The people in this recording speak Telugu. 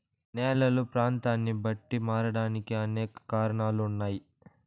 నేలలు ప్రాంతాన్ని బట్టి మారడానికి అనేక కారణాలు ఉన్నాయి